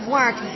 work